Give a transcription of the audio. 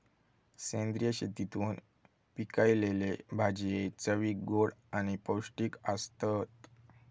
सेंद्रिय शेतीतून पिकयलले भाजये चवीक गोड आणि पौष्टिक आसतत